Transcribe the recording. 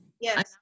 Yes